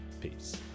Peace